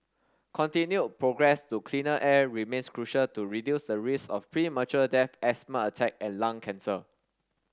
continued progress to cleaner air remains crucial to reduce the risk of premature death asthma attack and lung cancer